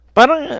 Parang